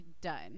done